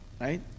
Right